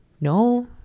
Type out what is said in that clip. no